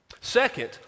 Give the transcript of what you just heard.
Second